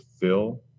fill